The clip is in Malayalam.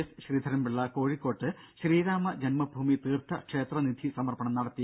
എസ് ശ്രീധരൻപിള്ള കോഴിക്കോട്ട് ശ്രീരാമ ജന്മഭൂമി തീർത്ഥക്ഷേത്ര നിധി സമർപ്പണം നടത്തി